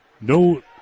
no